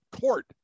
court